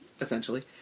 essentially